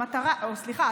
סליחה,